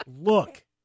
look